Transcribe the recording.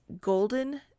golden